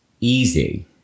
easy